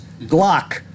Glock